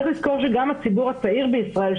צריך לזכור שגם הציבור הצעיר בישראל,